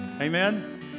Amen